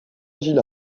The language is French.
gilles